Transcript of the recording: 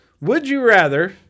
Would-you-rather